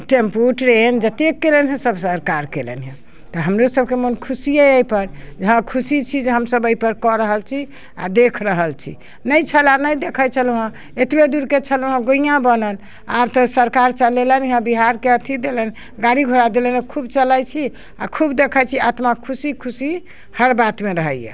tempo train जतेक कयलनि हँ सभ सरकार कयलनि हँ तऽ हमरो सभकेँ मन खुशिए अइ पर जे हँ खुशी छी जे हमसभ अइ पर कऽ रहल छी आ देखि रहल छी नहि छलऽ नहि देखैत छलहुँ हँ एतबे दूरके छलहुँ हँ गुइया बनल आब तऽ सरकार चलेलनि हँ बिहारके अथी देलनि गाड़ी घोड़ा देलनि हँ खूब चलैत छी आ खूब देखैत छी आत्मा खुशी खुशी हर बातमे रहैया